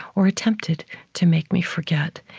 or attempted to make me forget.